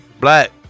Black